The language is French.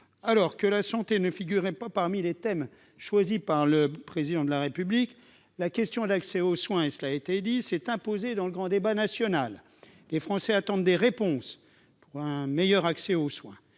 Alors que la santé ne figurait pas parmi les thèmes choisis par le Président de la République, la question de l'accès aux soins s'est imposée dans le grand débat national. Les Français attendent des réponses pour un meilleur accès aux soins.